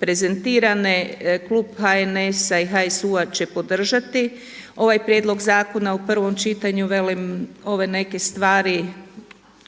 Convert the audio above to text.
prezentirane. Klub HNS-a i HSU-a će podržati ovaj prijedlog zakona u prvom čitanju. Velim ove neke stvari